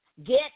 get